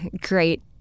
great